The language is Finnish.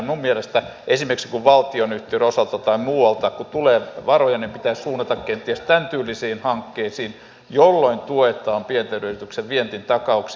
minun mielestäni esimerkiksi kun valtionyhtiöiden osalta tai muualta tulee varoja pitäisi suunnata kenties tämäntyylisiin hankkeisiin jolloin tuetaan pienten yritysten vientitakauksia